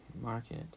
Market